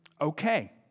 okay